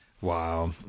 Wow